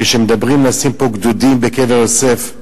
כשאומרים פה לשים גדודים בקבר יוסף,